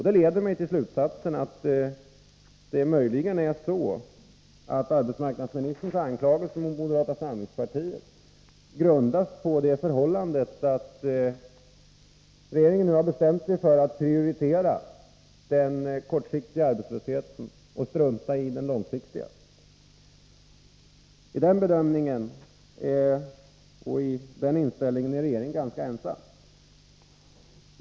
Det leder mig till slutsatsen att det möjligen är så att arbetsmarknadsministerns anklagelser mot moderata samlingspartiet grundar sig på det förhållandet att regeringen nu bestämt sig för att prioritera den kortsiktiga arbetslösheten och strunta i den långsiktiga. I den bedömningen och den inställningen är regeringen ganska ensam.